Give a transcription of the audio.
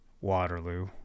waterloo